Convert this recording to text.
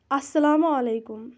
اَسلامُ علیکُم